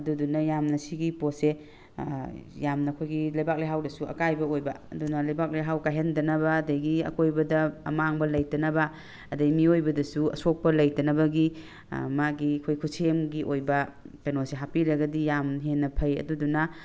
ꯑꯗꯨꯗꯨꯅ ꯌꯥꯝꯅ ꯁꯤꯒꯤ ꯄꯣꯠꯁꯦ ꯌꯥꯝꯅ ꯑꯩꯈꯣꯏꯒꯤ ꯂꯩꯕꯥꯛ ꯂꯩꯍꯥꯎꯗꯁꯨ ꯑꯀꯥꯏꯕ ꯑꯣꯏꯕ ꯑꯗꯨꯅ ꯂꯩꯕꯥꯛ ꯂꯩꯍꯥꯎ ꯀꯥꯏꯍꯟꯗꯅꯕ ꯑꯗꯒꯤ ꯑꯀꯣꯏꯕꯗ ꯑꯃꯥꯡꯕ ꯂꯩꯇꯅꯕ ꯑꯗꯒꯤ ꯃꯤꯑꯣꯏꯕꯗꯁꯨ ꯑꯁꯣꯛꯄ ꯂꯩꯇꯅꯕꯒꯤ ꯃꯥꯒꯤ ꯑꯩꯈꯣꯏ ꯈꯨꯠꯁꯦꯝꯒꯤ ꯑꯣꯏꯕ ꯀꯩꯅꯣꯁꯦ ꯍꯥꯞꯄꯤꯔꯒꯗꯤ ꯌꯥꯝ ꯍꯦꯟꯅ ꯐꯩ ꯑꯗꯨꯗꯨꯅ